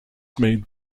made